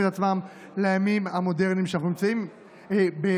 את עצמם לימים המודרניים שאנחנו נמצאים בהם.